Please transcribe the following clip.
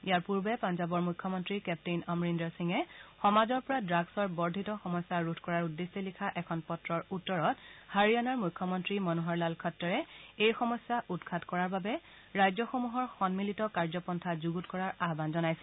ইয়াৰ পূৰ্বে পঞ্জাৱৰ মুখ্যমন্ত্ৰী কেগ্তেইন অমৰিন্দৰ সিঙে সমাজৰ পৰা ড্ৰাগ্ছৰ বৰ্ধিত সমস্যা ৰোধ কৰাৰ উদ্দেশ্যে লিখা এখন পত্ৰৰ উত্তৰত হাৰিয়ানাৰ মুখ্যমন্ত্ৰী মনোহৰ লাল খট্টৰে এই সমস্যা উৎখাত কৰাৰ বাবে ৰাজ্যসমূহৰ সন্মিলিত কাৰ্যপন্থা যুগুত কৰাৰ আহ্বান কৰিছিল